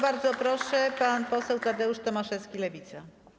Bardzo proszę, pan poseł Tadeusz Tomaszewski, Lewica.